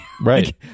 Right